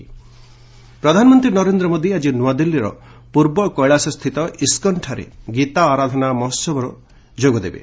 PM ISKCON ପ୍ରଧାନମନ୍ତ୍ରୀ ନରେନ୍ଦ୍ର ମୋଦି ଆଜି ନୂଆଦିଲ୍ଲୀର ପୂର୍ବ କେଳାସସ୍ଥିତ ଇସ୍କନଠାରେ ଗୀତା ଆରାଧନା ମହୋହବରେ ଯୋଗଦେବେ